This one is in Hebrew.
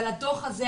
הדוח הזה,